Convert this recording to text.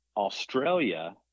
australia